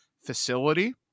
facility